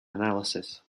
analysis